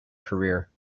career